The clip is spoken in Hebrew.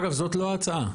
אגב זאת לא ההצעה.